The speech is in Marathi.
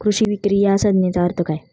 कृषी विक्री या संज्ञेचा अर्थ काय?